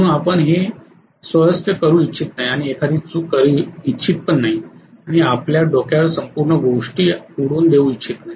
म्हणून आपण ते स्वहस्ते करू इच्छित नाही आणि एखादी चूक करू इच्छित नाही आणि आपल्या डोक्यावर संपूर्ण गोष्ट उडवून देऊ इच्छित नाही